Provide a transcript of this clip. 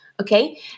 Okay